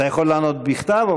אתה יכול לענות בכתב.